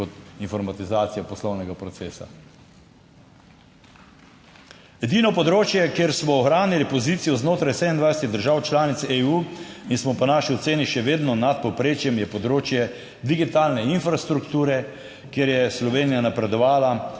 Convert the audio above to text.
kot informatizacija poslovnega procesa. Edino področje, kjer smo ohranili pozicijo znotraj 27 držav članic EU in smo po naši oceni še vedno nad povprečjem, je področje digitalne infrastrukture, kjer je Slovenija napredovala